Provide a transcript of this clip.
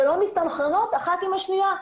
שלא מסתנכרנות אחת עם השנייה.